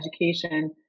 education